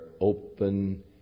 open